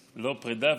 לא פרדה,